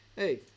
hey